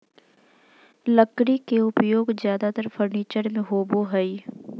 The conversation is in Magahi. लकड़ी के उपयोग ज्यादेतर फर्नीचर में होबो हइ